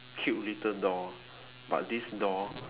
cute little doll but this doll